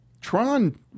Tron